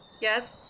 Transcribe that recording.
Yes